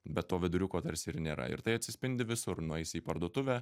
be to viduriuko tarsi ir nėra ir tai atsispindi visur nueisit į parduotuvę